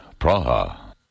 Praha